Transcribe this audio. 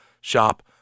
shop